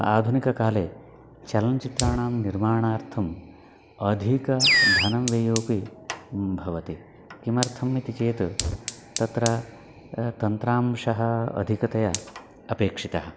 आधुनिककाले चलनचित्राणां निर्माणार्थम् अधिकं धनं व्ययोऽपि भवति किमर्थम् इति चेत् तत्र तन्त्रांशः अधिकतया अपेक्षितः